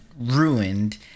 ruined